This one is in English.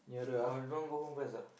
or you don't want go home first ah